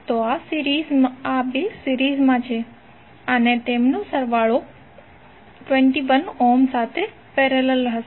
તો આ 2 સિરીઝમાં છે અને તેમનો સરાવાળો 21 ઓહ્મ સાથે પેરેલલ હશે